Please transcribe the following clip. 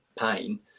pain